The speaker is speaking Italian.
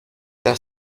tra